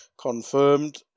confirmed